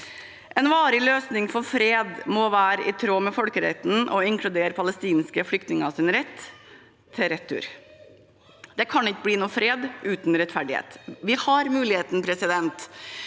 En varig løsning for fred må være i tråd med folkeretten og inkludere palestinske flyktningers rett til retur. Det kan ikke bli noen fred uten rettferdighet. Vi har muligheten til